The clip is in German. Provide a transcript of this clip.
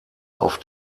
auf